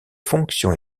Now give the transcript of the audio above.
fonction